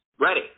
Ready